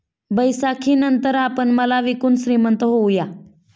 बैसाखीनंतर आपण माल विकून श्रीमंत होऊया